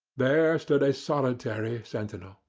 there stood a solitary sentinel.